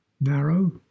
narrow